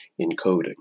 encoding